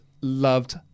loved